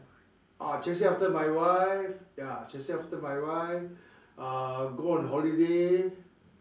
uh chasing after my wife ya chasing after my wife uh go on holiday